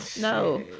no